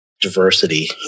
diversity